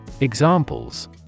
Examples